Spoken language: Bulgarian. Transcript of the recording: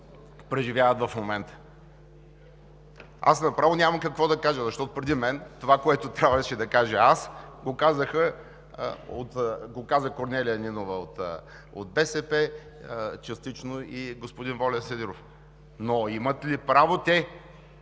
преживяват в момента. Аз направо нямам какво да кажа, защото това, което трябваше да кажа аз, преди мен го каза Корнелия Нинова от БСП, частично и господин Волен Сидеров. Но имат ли право те,